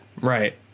right